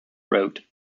road